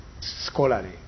scholarly